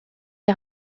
est